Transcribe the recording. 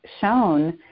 shown